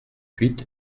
huit